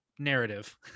Narrative